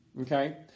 Okay